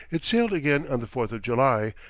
it sailed again on the fourth of july,